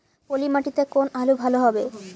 পলি মাটিতে কোন আলু ভালো হবে?